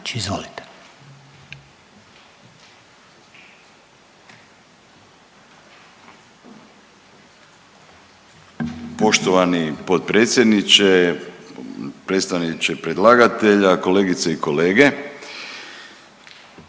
(Nezavisni)** Poštovani potpredsjedniče, predstavniče predlagatelja, kolegice i kolege.